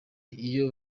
iyo